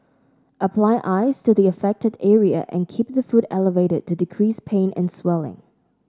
apply ice to the affected area and keep the foot elevated to decrease pain and swelling